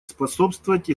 способствовать